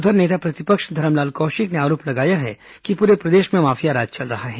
उधर नेता प्रतिपक्ष धरमलाल कौशिक ने आरोप लगाया है कि पूरे प्रदेश में माफियाराज चल रहा है